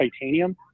titanium